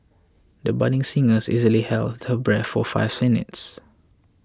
the budding singers easily held her breath for five minutes